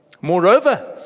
Moreover